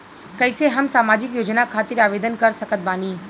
कैसे हम सामाजिक योजना खातिर आवेदन कर सकत बानी?